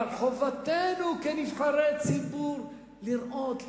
אבל חובתנו כנבחרי ציבור לראות,